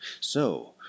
So